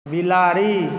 बिलाड़ि